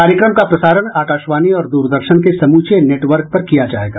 कार्यक्रम का प्रसारण आकाशवाणी और द्रदर्शन के समूचे नेटवर्क पर किया जाएगा